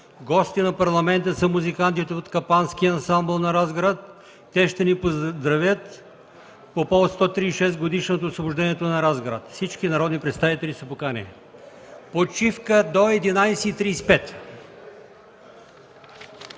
Гости на Парламента са музикантите от Капанския ансамбъл на Разград. Те ще ни поздравят по повод 136-годишнината от освобождението на Разград. Всички народни представители са поканени. Почивка до 11,35